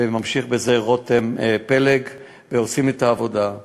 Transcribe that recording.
וממשיך בזה רותם פלג, ועושים את העבודה.